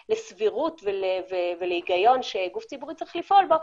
לסבירות ולהיגיון שגוף ציבורי צריך לפעול בו,